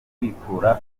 kwikura